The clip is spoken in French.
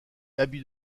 habit